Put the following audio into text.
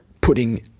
putting